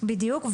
בדיוק.